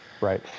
Right